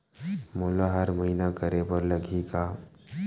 मोला हर महीना करे बर लगही का?